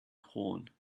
horn